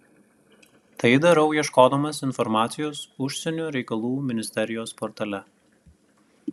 tai darau ieškodamas informacijos užsienio reikalų ministerijos portale